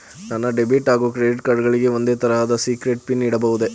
ನನ್ನ ಡೆಬಿಟ್ ಹಾಗೂ credit card ಗಳಿಗೆ ಒಂದೇ ತರಹದ ಸೀಕ್ರೇಟ್ ಪಿನ್ ಇಡಬಹುದೇ?